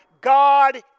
God